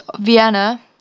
Vienna